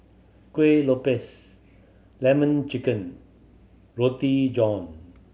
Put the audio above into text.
Kueh Lopes Lemon Chicken Roti John